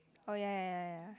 oh ya ya ya ya